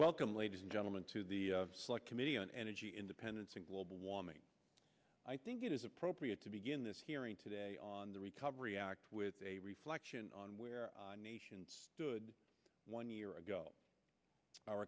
welcome ladies and gentlemen to the select committee on energy independence and global warming i think it is appropriate to begin this hearing today on the recovery act with a reflection on where our nation stood one year ago our